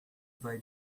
vai